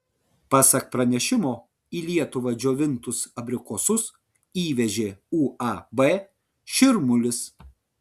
pasak pranešimo į lietuvą džiovintus abrikosus įvežė uab širmulis